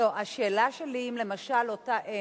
השאלה שלי אם למשל אותה אם